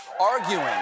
arguing